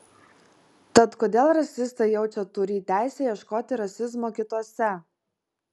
tad kodėl rasistai jaučia turį teisę ieškoti rasizmo kituose